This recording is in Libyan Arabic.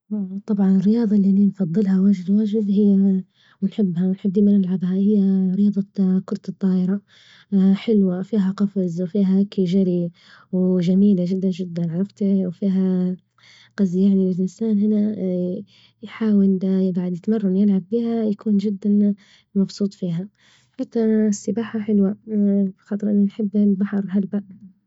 طبعا الرياضة اللي بنفضلها واجد واجد هي ونحبها ونحب دايما نلعبها هي رياضة كرة الطائرة حلوة فيها قفز وفيها هكي جري وجميلة جدا جدا عرفت وفيها قصدي يعني الإنسان هنا يحاول يجعد يتمرن يلعب بها يكون جدا مبسوط فيها، حتى السباحة حلوة خاطر نحب البحر هلبا.